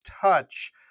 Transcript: touch